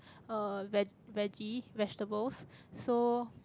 uh veg~ veggie vegetables so